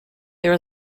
there